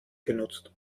genutzt